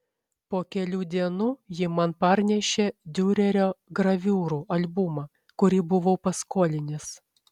po kelių dienų ji man parnešė diurerio graviūrų albumą kurį buvau paskolinęs